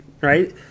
Right